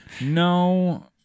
No